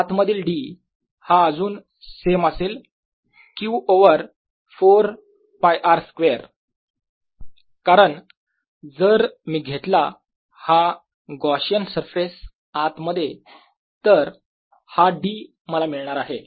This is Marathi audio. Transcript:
आत मधील D हा अजून सेम असेल Q ओवर 4π r स्क्वेअर कारण जर मी घेतला हा गॉशियन सरफेस आत मध्ये तर हा D मला मिळणार आहे